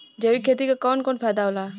जैविक खेती क कवन कवन फायदा होला?